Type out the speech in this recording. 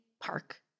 Park